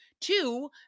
Two